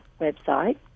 website